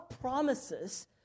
promises